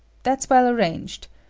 that's well arranged.